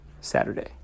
Saturday